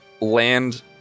land